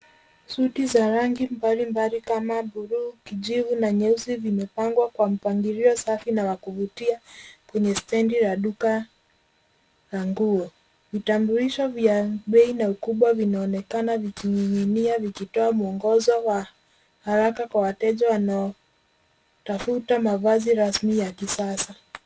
Suti za rangi mbalimbali kama buluu, kijivu na nyeusi vimepangwa kwa mpangilio safi na wa kuvutia kwenye stendi ya duka la nguo. Vitambulisho vya bei na ukubwa vinaonekana vikining'inia vikitoa mwongozo wa haraka Kwa wateja wanaotafuta mavazi rasmi ya kisasa.